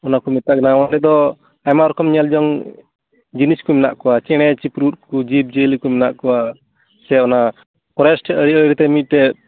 ᱚᱱᱟ ᱠᱚ ᱢᱮᱛᱟᱜ ᱠᱟᱱᱟ ᱚᱸᱰᱮ ᱫᱚ ᱟᱭᱢᱟ ᱨᱚᱠᱚᱢ ᱧᱮᱞ ᱡᱚᱝ ᱡᱤᱱᱤᱥ ᱠᱚ ᱢᱮᱱᱟᱜ ᱠᱚᱣᱟ ᱪᱮᱬᱮ ᱪᱤᱯᱨᱩᱫ ᱠᱚ ᱡᱤᱵᱽ ᱡᱤᱭᱟᱹᱞᱤ ᱠᱚ ᱢᱮᱱᱟᱜ ᱠᱚᱣᱟ ᱥᱮ ᱚᱱᱟ ᱯᱷᱚᱨᱮᱥᱴ ᱤᱭᱟᱹ ᱤᱭᱟᱹᱛᱮ ᱢᱤᱫ ᱴᱮᱡ